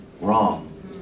wrong